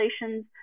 relations